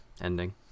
ending